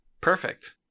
Perfect